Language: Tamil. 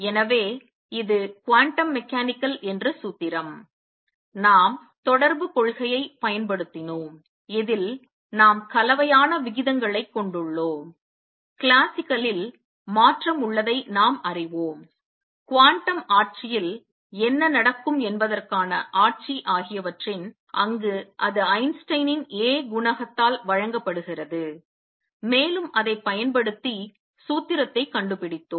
எனவே இது குவாண்டம் மெக்கானிக்கல் என்ற சூத்திரம் நாம் தொடர்புக் கொள்கையைப் பயன்படுத்தினோம் இதில் நாம் கலவையான விகிதங்களைக் கொண்டுள்ளோம் கிளாசிக்கலில் மாற்றம் உள்ளதை நாம் அறிவோம் குவாண்டம் ஆட்சியில் என்ன நடக்கும் என்பதற்கான ஆட்சி ஆகியவற்றின் அங்கு அது ஐன்ஸ்டீனின் A குணகத்தால் வழங்கப்படுகிறது மேலும் அதைப் பயன்படுத்தி சூத்திரத்தைக் கண்டுபிடித்தோம்